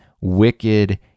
wicked